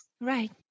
Right